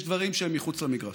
יש דברים שהם מחוץ למגרש,